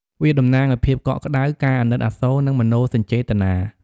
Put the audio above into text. វាតំណាងឱ្យភាពកក់ក្តៅ ការអាណិតអាសូរ និងមនោសញ្ចេតនា។